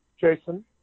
Jason